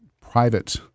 private